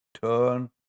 turn